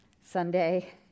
sunday